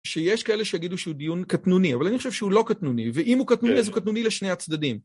שיש כאלה שיגידו שהוא דיון קטנוני, אבל אני חושב שהוא לא קטנוני, ואם הוא קטנוני, אז הוא קטנוני לשני הצדדים.